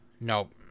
Nope